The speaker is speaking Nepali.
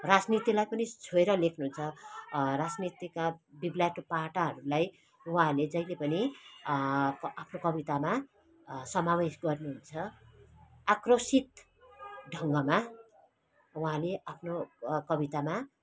राजनीतिलाई पनि छोएर लेख्नुहुन्छ राजनीतिका बिब्ल्याँटो पाटाहरूलाई उहाँहरूले जहिले पनि आफ्नो कवितामा समावेश गर्नुहुन्छ आक्रोसित ढङ्गमा उहाँले आफ्नो कवितामा